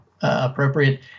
appropriate